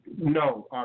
No